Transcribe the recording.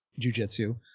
jujitsu